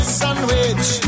sandwich